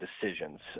decisions